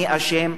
מי אשם,